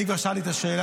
אני כבר שאלתי את השאלה,